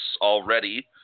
already